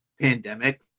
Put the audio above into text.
pandemic